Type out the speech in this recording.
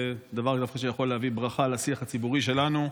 דבר שדווקא יכול להביא ברכה לשיח הציבורי שלנו,